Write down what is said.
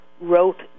wrote